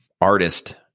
artist